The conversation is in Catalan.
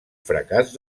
fracàs